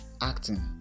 acting